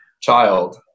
child